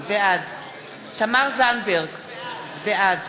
בעד תמר זנדברג, בעד